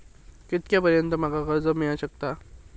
कितक्या पर्यंत माका कर्ज मिला शकता?